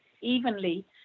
evenly